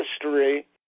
history